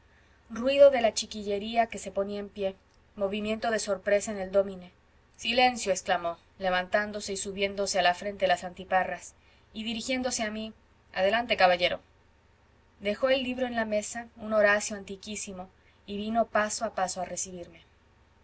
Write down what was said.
ruido de la chiquillería que se ponía en pie movimiento de sorpresa en el dómine silencio exclamó levantándose y subiéndose a la frente las antiparras y dirigiéndose a mí adelante caballero dejó el libro en la mesa un horacio antiquísimo y vino paso a paso a recibirme